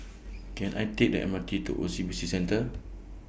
Can I Take The M R T to O C B C Centre